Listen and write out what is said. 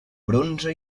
bronze